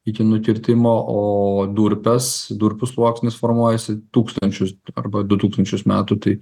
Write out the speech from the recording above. iki nukirtimo o durpės durpių sluoksnis formuojasi tūkstančius arba du tūkstančius metų tai